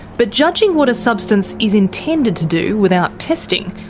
but judging what a substance is intended to do, without testing,